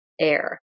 air